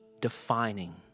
defining